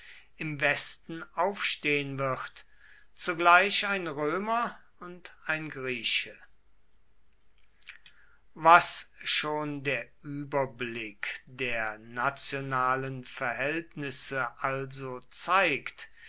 im westen aufstehen wird zugleich ein römer und ein grieche was schon der überblick der nationalen verhältnisse also zeigt